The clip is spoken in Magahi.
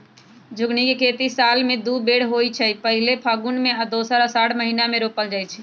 झिगुनी के खेती साल में दू बेर होइ छइ पहिल फगुन में आऽ दोसर असाढ़ महिना मे रोपल जाइ छइ